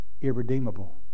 irredeemable